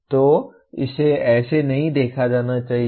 तो इसे ऐसे नहीं देखा जाना चाहिए